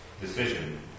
decision